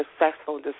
successful